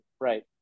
Right